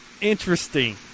Interesting